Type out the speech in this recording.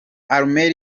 armel